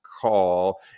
call